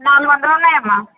నాలుగు వందలు ఉన్నాయి అమ్మ